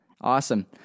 Awesome